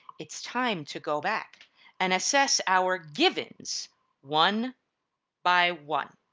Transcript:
it's time to go back and assess our givens one by one.